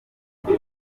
mujyi